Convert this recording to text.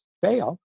fail